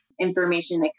information